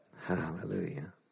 Hallelujah